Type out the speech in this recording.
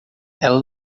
ela